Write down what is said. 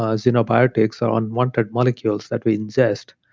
ah xenobiotics or unwanted molecules that we ingest.